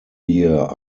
year